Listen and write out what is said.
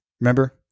Remember